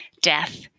Death